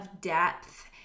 depth